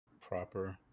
proper